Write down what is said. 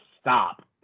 stop